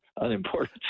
unimportant